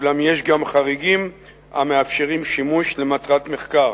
אולם יש גם חריגים המאפשרים שימוש למטרת מחקר.